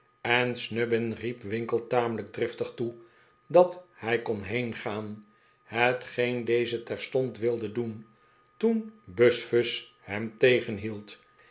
en snubbin riep winkle tamelijk driftig toe dat hij kon heengaan hetgeen deze terstond wilde doen toen buzfuz hem